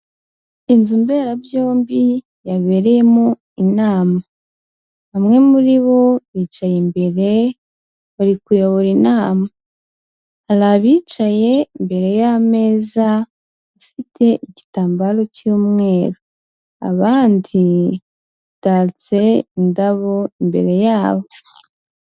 Inzu mberabyombi yabereyemo inama, bamwe muri bo bicaye imbere bari kuyobora inama. Hari abicaye imbere y'ameza afite igitambaro cy'umweru, abandi hatatse indabo imbere yabo.